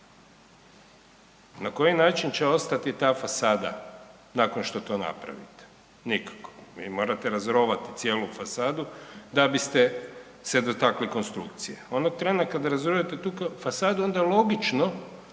na koji način će ostati ta fasada nakon što to napravite?, nikako, vi morate razrovati cijelu fasadu da biste se dotakli konstrukcije. Onog trena kad razrujete tu fasadu, onda je logično